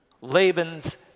Laban's